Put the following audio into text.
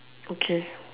okay